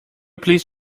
please